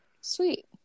Sweet